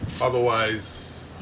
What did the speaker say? Otherwise